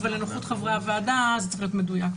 אבל זה לנוחות חברי הוועדה זה צריך להיות מדויק.